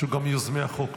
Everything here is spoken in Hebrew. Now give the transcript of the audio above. שהוא גם מיוזמי החוק.